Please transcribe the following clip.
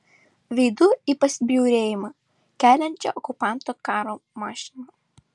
veidu į pasibjaurėjimą keliančią okupanto karo mašiną